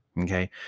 Okay